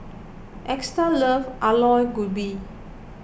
Esta loves Aloo Gobi